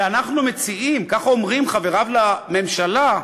ואנחנו מציעים, כך אומרים חבריו לממשלה,